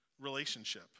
relationship